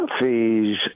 fees